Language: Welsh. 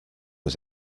oes